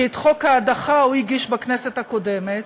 כי את חוק ההדחה הוא הגיש בכנסת הקודמת,